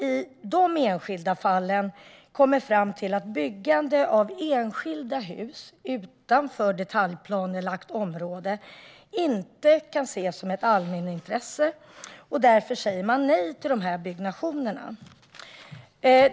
I dessa enskilda fall kommer domstolen fram till att byggande av enskilda hus utanför detaljplanelagt område inte kan ses som ett allmänintresse. Därför säger man nej till dessa byggnationer.